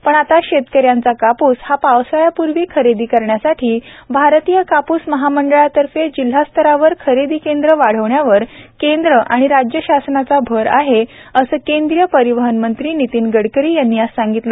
पण आता शेतकऱ्यांचा काप्स हा पावसाळ्यापूर्वी खरेदी करण्यासाठी भारतीय काप्स महामंडळातर्फे जिल्हास्तरावर खरेदी केंद्र वाढविण्यावर केंद्र आणि राज्य शासनाचा भर आहे असे केंद्रीय परिवहन मंत्री नितिन गडकरी यांनी आज सांगितलं